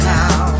now